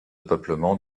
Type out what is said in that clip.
peuplement